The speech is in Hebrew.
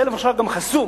הטלפון שלך גם חסום.